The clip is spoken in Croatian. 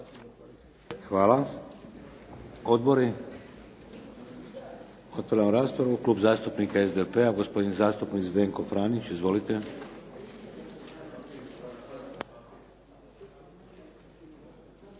Hvala. Odbori? Otvaram raspravu. Klub zastupnika SDP-a, gospodin zastupnik Zdenko Franić. Izvolite.